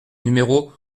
numéro